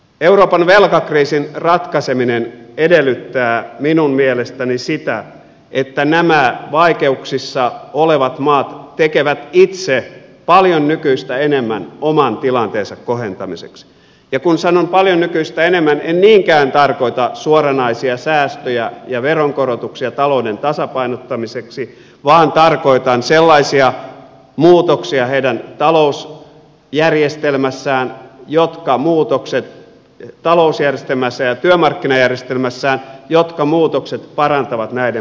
euroopan velkakriisin ratkaiseminen edellyttää minun mielestäni sitä että nämä vaikeuksissa olevat maat tekevät itse paljon nykyistä enemmän oman tilanteensa kohentamiseksi ja kun sanon paljon nykyistä enemmän en niinkään tarkoita suoranaisia säästöjä ja veronkorotuksia talouden tasapainottamiseksi vaan tarkoitan sellaisia muutoksia heidän talousjärjestelmässään ja työmarkkinajärjestelmässään jotka muutokset parantavat näiden maiden kilpailukykyä